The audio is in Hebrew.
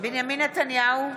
בנימין נתניהו,